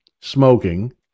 smoking